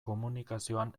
komunikazioan